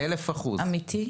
אמיתי.